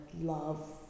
love